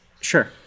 Sure